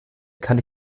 kann